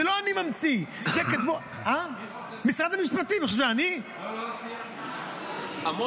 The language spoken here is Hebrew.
זה לא אני ממציא, את זה כתבו ------ איפה זה?